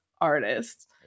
artists